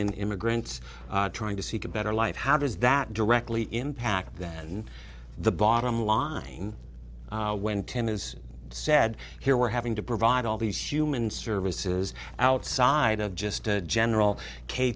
in immigrants trying to seek a better life how does that directly impact then the bottom line when tim is said here we're having to provide all these human services outside of just general k